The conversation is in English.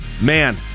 man